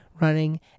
running